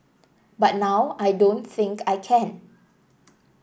but now I don't think I can